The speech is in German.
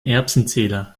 erbsenzähler